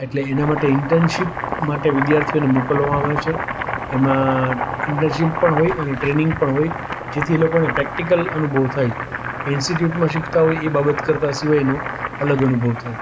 એટલે એના માટે ઈન્ટનશિપ માટે વિદ્યાર્થીઓને મોકલવામાં આવે છે એમાં ઇન્ટર્નશિપ પણ હોય અને ટ્રેનિંગ પણ હોય જેથી એ લોકોને પ્રેક્ટિકલ અનુભવ થાય ઇન્સ્ટિટ્યૂટમાં શીખતા હોય એ બાબત કરતા સિવાયનું અલગ અનુભવ થાય